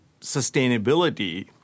sustainability